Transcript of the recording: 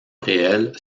réelle